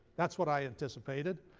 that's what i anticipated.